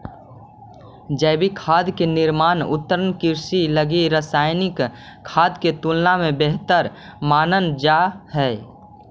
जैविक खाद के निर्माण उन्नत कृषि लगी रासायनिक खाद के तुलना में बेहतर मानल जा हइ